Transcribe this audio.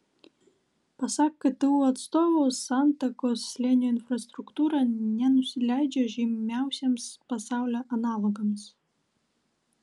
pasak ktu atstovų santakos slėnio infrastruktūra nenusileidžia žymiausiems pasaulio analogams